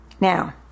Now